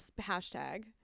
hashtag